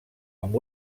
amb